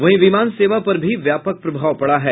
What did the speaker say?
वहीं विमान सेवा पर भी व्यापक प्रभाव पड़ा है